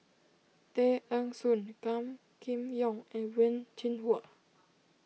Tay Eng Soon Gan Kim Yong and Wen Jinhua